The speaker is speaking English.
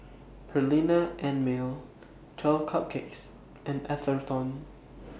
Perllini and Mel twelve Cupcakes and Atherton